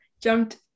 jumped